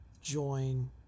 join